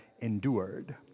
Endured